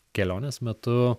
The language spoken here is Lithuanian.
kelionės metu